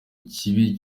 kibi